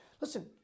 Listen